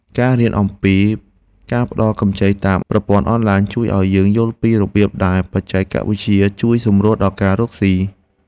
ការរៀនអំពីការផ្តល់កម្ចីតាមប្រព័ន្ធអនឡាញជួយឱ្យយើងយល់ពីរបៀបដែលបច្ចេកវិទ្យាជួយសម្រួលដល់ការរកស៊ី។